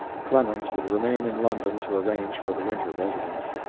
clemens would remain in london to arrange for the winter residence.